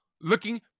looking